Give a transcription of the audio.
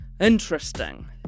interesting